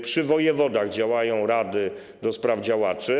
Przy wojewodach działają rady do spraw działaczy.